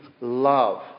love